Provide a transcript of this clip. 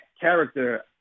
character